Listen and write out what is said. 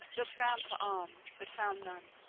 looked round for arms, but found none,